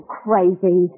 crazy